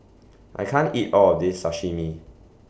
I can't eat All of This Sashimi